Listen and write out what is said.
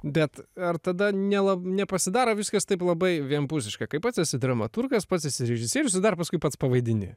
bet ar tada nela nepasidaro viskas taip labai vienpusiška kai pats esi dramaturgas pats esi režisierius ir dar paskui pats pavaidini